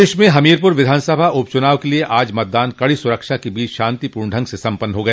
प्रदेश में हमीरपुर विधान सभा उपचुनाव के लिए आज मतदान कड़ी सुरक्षा के बीच शांतिपूर्ण ढंग से सम्पन्न हो गया